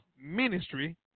ministry